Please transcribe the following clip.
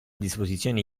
disposizione